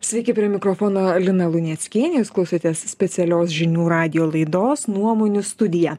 sveiki prie mikrofono lina luneckienė jūs klausotės specialios žinių radijo laidos nuomonių studija